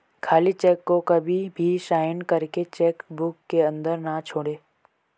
खाली चेक को कभी भी साइन करके चेक बुक के अंदर न छोड़े